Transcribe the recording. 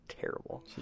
Terrible